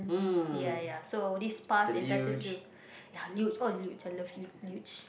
ya ya so this pass entitles you ya Leuch oh Leuch I love you Leuch